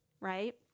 right